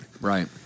right